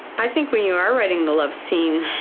i think when you are writing the love scene,